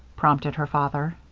prompted her father.